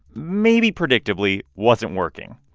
maybe predictably, wasn't working.